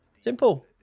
Simple